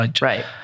Right